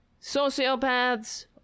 sociopaths